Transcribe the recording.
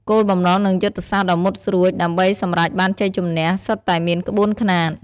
គោលបំណង និងយុទ្ធសាស្ត្រដ៏មុតស្រួច ដើម្បីសម្រេចបានជ័យជម្នះសុទ្ធតែមានក្បួនខ្នាត។